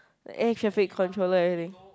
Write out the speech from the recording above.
the air traffic controller everything